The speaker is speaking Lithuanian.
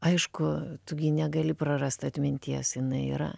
aišku tu gi negali prarast atminties jinai yra